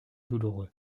douloureux